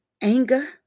anger